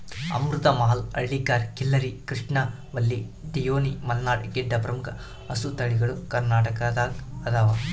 ಅಮೃತ ಮಹಲ್ ಹಳ್ಳಿಕಾರ್ ಖಿಲ್ಲರಿ ಕೃಷ್ಣವಲ್ಲಿ ಡಿಯೋನಿ ಮಲ್ನಾಡ್ ಗಿಡ್ಡ ಪ್ರಮುಖ ಹಸುತಳಿಗಳು ಕರ್ನಾಟಕದಗೈದವ